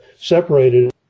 separated